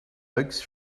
oaks